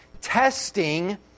Testing